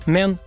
Men